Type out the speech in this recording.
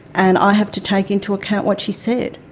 and i have to take into account what she said.